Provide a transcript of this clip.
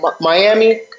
Miami